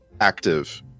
active